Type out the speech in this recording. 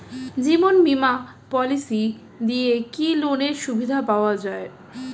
জীবন বীমা পলিসি দিয়ে কি লোনের সুবিধা পাওয়া যায়?